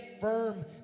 firm